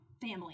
family